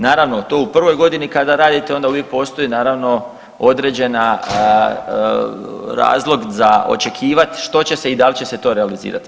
Naravno, to u prvoj godini kada radite onda uvijek postoji naravno određena razlog za očekivat što će se i dal će se to realizirat.